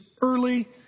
early